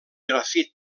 grafit